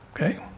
Okay